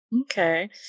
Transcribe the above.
Okay